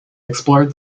explored